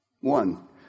One